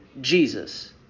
Jesus